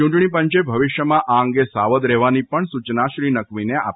ચૂંટણી પંચે ભવિષ્યમાં આ અંગે સાવધ રહેવાની પણ સૂચના શ્રી નકવીને આપી છે